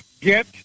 get